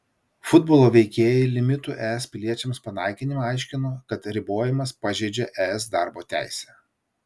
futbolo veikėjai limitų es piliečiams panaikinimą aiškino kad ribojimas pažeidžią es darbo teisę